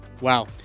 Wow